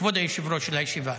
כבוד היושב-ראש של הישיבה,